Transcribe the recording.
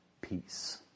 peace